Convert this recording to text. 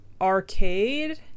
Arcade